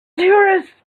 tourists